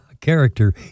character